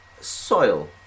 soil